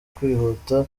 kwihuta